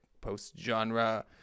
post-genre